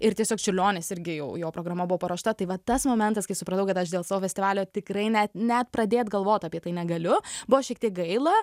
ir tiesiog čiurlionis irgi jau jo programa buvo paruošta tai va tas momentas kai supratau kad aš dėl savo festivalio tikrai net net pradėt galvot apie tai negaliu buvo šiek tiek gaila